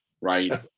right